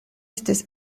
estis